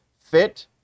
fit